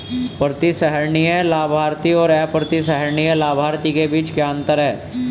प्रतिसंहरणीय लाभार्थी और अप्रतिसंहरणीय लाभार्थी के बीच क्या अंतर है?